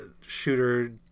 Shooter